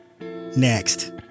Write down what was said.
next